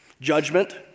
Judgment